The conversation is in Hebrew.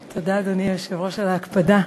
תודה, אדוני היושב-ראש, על ההקפדה.